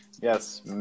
yes